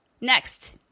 next